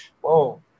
Whoa